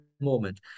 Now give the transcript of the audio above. moment